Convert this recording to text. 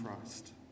Christ